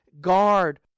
guard